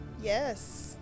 Yes